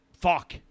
fuck